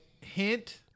hint